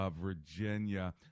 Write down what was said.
Virginia